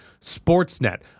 Sportsnet